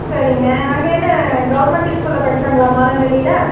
சரிங்க அங்கே என்ன கவர்மெண்ட்ரி ஸ்கூலில் படித்தாங்களா மாரண்டஹள்ளியில்